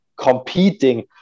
competing